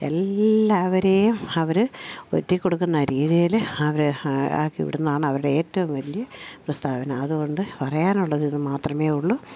എല്ലാവരെയും അവർ ഒറ്റി കൊ ക്കുന്ന രീതിയിൽ അവർ ആക്കി ഇവിടുന്നാണ് അവരുടെ ഏറ്റവും വലയ പ്രസ്താവന അതുകൊണ്ട് പറയാനുള്ളത് ഇത് മാത്രമേ ഉള്ളൂ